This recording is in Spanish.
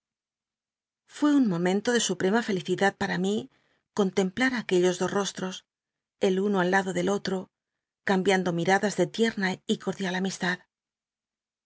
fué un momento de suprema felicidad pata mi contemplar aquellos dos ros jos el uno aliado del otro cambiando mimdas de tierna y cordial amistad